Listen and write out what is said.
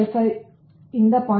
55 ರಿಂದ 0